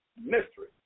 mystery